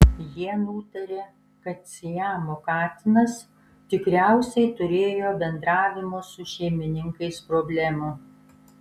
jie nutarė kad siamo katinas tikriausiai turėjo bendravimo su šeimininkais problemų